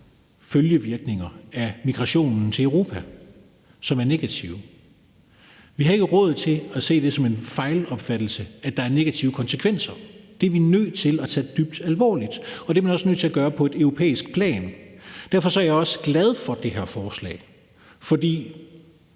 følgevirkninger af migrationen til Europa, som er negative. Vi har ikke råd til at se det som en fejlopfattelse, at der er negative konsekvenser. Det er vi nødt til at tage dybt alvorligt, og det bliver man også nødt til at gøre på europæisk plan. Derfor er jeg også glad for det her forslag. For i